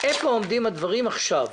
איפה עומדים הדברים עכשיו.